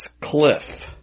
Cliff